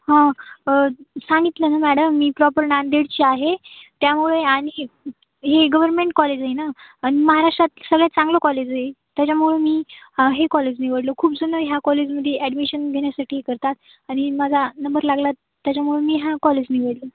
हां सांगितलं ना मॅडम मी प्रॉपर नांदेडची आहे त्यामुळे आणि हे गव्हर्मेंट कॉलेज आहे ना आणि महाराष्ट्रातलं सगळ्यात चांगलं कॉलेज आहे त्याच्यामुळे मी हे कॉलेज निवडलं खूप जण ह्या कॉलेजमध्ये ॲडमिशन घेण्यासाठी करतात आणि माझा नंबर लागला त्याच्यामुळं मी हा कॉलेज निवडला